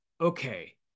okay